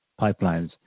pipelines